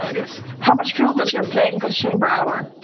i guess how much fuel does your plane costume per hour?